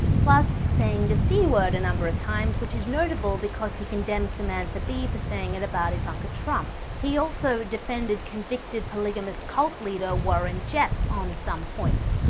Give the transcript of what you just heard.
plus saying the c word a number of times, which is notable because he condemned samantha bee for saying it about ivanka trump. he also defended convicted polygamist cult leader warren jeffs, on some points.